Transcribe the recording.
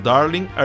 Darling